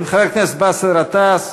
חבר הכנסת באסל גטאס,